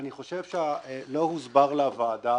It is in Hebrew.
שלא הוסבר לוועדה